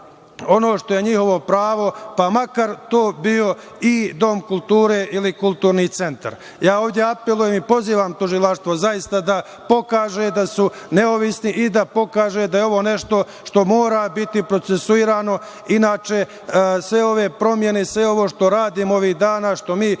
ono što je njihovo pravo, pa makar to bio i Dom kulture ili Kulturni centar. Ovde apelujem i pozivam tužilaštvo, zaista, da pokaže da su nezavisni i da pokaže da je ovo nešto što mora biti procesuirano, inače sve ove promene, sve ovo što radimo ovih dana, što mi,